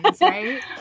right